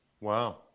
Wow